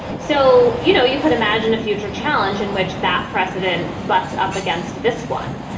so, you know, you could imagine a future challenge in which that precedent butts up against this one.